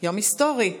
יום היסטורי.